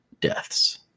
deaths